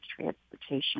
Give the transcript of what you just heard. transportation